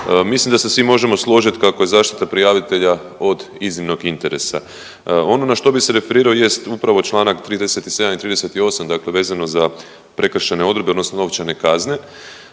Mislim da se svi možemo složit kako je zaštita prijavitelja od iznimnog interesa. Ono na što bih se referirao jest upravo čl. 37. i 38., dakle vezano za prekršajne odredbe odnosno novčane kazne